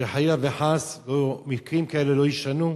שחלילה וחס מקרים כאלה לא יישנו,